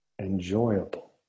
Enjoyable